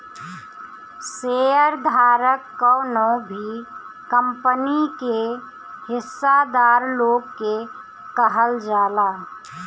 share धारक कवनो भी कंपनी के हिस्सादार लोग के कहल जाला